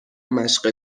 مشق